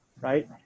right